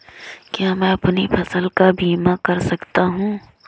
क्या मैं अपनी फसल का बीमा कर सकता हूँ?